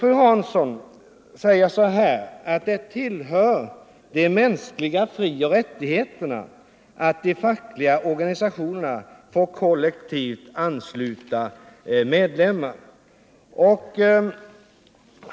Fru Hansson sade att det tillhör de mänskliga frioch rättigheterna att de fackliga organisationerna får ansluta medlemmar kollektivt.